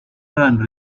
and